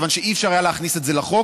כיוון שלא היה אפשר להכניס את זה לחוק,